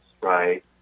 right